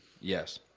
Yes